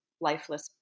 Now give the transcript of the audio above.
lifeless